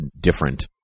different